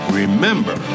remember